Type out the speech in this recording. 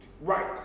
Right